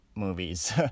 movies